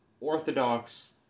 Orthodox